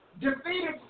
defeated